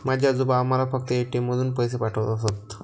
माझे आजोबा आम्हाला फक्त ए.टी.एम मधून पैसे पाठवत असत